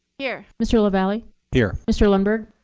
here. mr. lavalley here. mr. lundberg.